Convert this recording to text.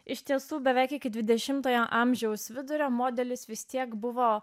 iš tiesų beveik iki dvidešimtojo amžiaus vidurio modelis vis tiek buvo